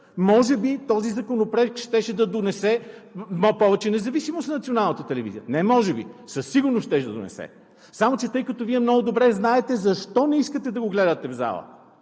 може би този законопроект щеше да донесе повече независимост на Националната телевизия – не „може би“, а със сигурност щеше да донесе. Само че Вие много добре знаете защо не искате да го гледате в залата,